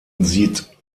sieht